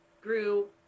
grew